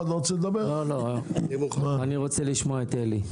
אני רוצה לשמוע את אלי.